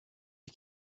you